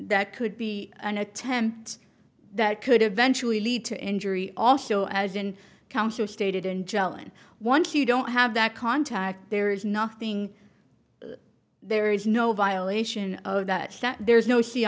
that could be an attempt that could eventually lead to injury also as in counselor stated in jelen once you don't have that contact there is nothing there is no violation of that there's no